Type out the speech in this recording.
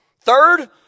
Third